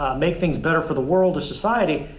make things better for the world, or society.